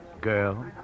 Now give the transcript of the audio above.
girl